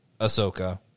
Ahsoka